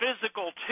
physical